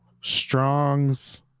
strong's